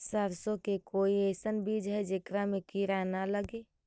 सरसों के कोई एइसन बिज है जेकरा में किड़ा न लगे?